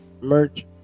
merch